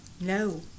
No